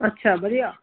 ਅੱਛਾ ਵਧੀਆ